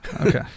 Okay